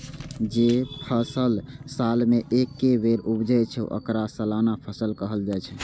जे फसल साल मे एके बेर उपजै छै, ओकरा सालाना फसल कहल जाइ छै